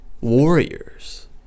warriors